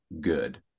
good